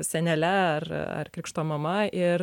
senele ar ar krikšto mama ir